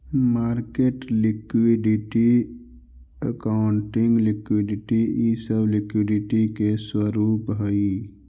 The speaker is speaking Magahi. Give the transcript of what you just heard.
मार्केट लिक्विडिटी, अकाउंटिंग लिक्विडिटी इ सब लिक्विडिटी के स्वरूप हई